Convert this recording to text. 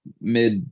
mid